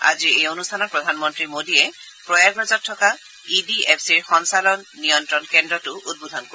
আজিৰ এই অনুষ্ঠানত প্ৰধানমন্ত্ৰী নৰেন্দ্ৰ মোডীয়ে প্ৰয়াগৰাজত থকা ই ডি এফ চিৰ সঞ্চালন নিয়ন্ত্ৰণ কেন্দ্ৰটো উদ্বোধন কৰিব